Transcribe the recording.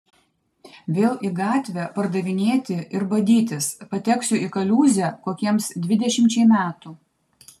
vėl į gatvę pardavinėti ir badytis pateksiu į kaliūzę kokiems dvidešimčiai metų